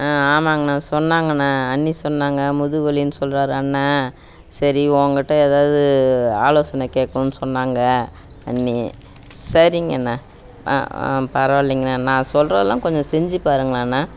ஆ ஆமாங்கண்ணா சொன்னாங்கண்ணா அண்ணி சொன்னாங்க முதுகு வலின்னு சொல்கிறாரு அண்ணன் சரி உங்கிட்ட ஏதாவது ஆலோசனை கேக்கணுன்னு சொன்னாங்க அண்ணி சரிங்கண்ணா ஆ ஆ பரவாயில்லிங்கண்ணா நான் சொல்கிறதுலாம் கொஞ்சம் செஞ்சு பாருங்களேண்ணா